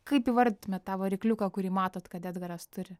kaip įvardytumėt tą varikliuką kurį matot kad edgaras turi